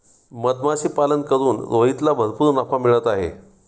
मधमाशीपालन करून रोहितला भरपूर नफा मिळत आहे